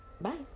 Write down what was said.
Bye